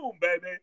baby